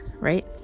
right